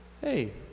hey